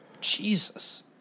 Jesus